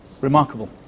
Remarkable